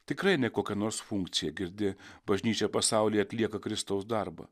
tikrai ne kokia nors funkcija girdi bažnyčia pasaulyje atlieka kristaus darbą